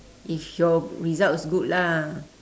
if your results good lah